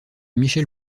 michel